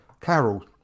carol